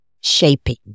shaping